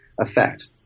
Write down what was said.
effect